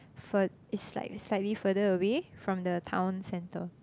fur~ is like slightly further away from the town center